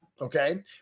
Okay